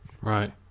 Right